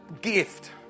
gift